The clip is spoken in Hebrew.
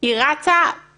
כתוב